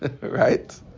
right